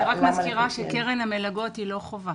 אני רק מזכירה שקרן המלגות אינה חובה,